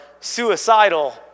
suicidal